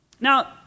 Now